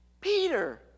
peter